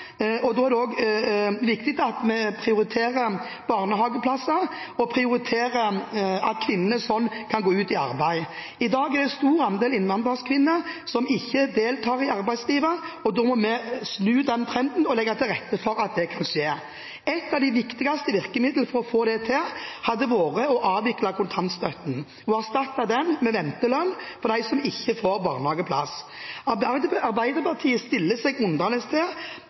og da er det viktig at vi prioriterer barnehageplasser, slik at kvinnene kan gå ut i arbeid. I dag er det en stor andel innvandrerkvinner som ikke deltar i arbeidslivet. Vi må snu den trenden og legge til rette for at det kan skje. Et av de viktigste virkemidlene for å få det til hadde vært å avvikle kontantstøtten og erstatte den med ventelønn for dem som ikke får barnehageplass. Arbeiderpartiet stiller seg undrende